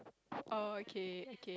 oh okay okay